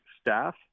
staff